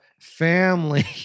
family